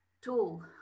tool